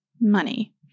money